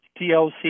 TLC